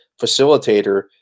facilitator